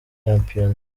shampiyona